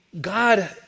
God